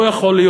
לא יכול להיות.